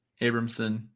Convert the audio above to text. Abramson